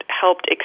helped